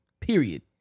Period